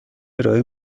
ارائه